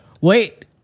Wait